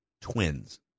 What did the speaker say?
Twins